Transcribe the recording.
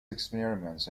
experiments